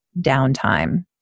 downtime